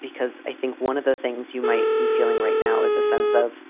because i think one of the things you might be feeling right now is a sense of